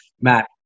Matt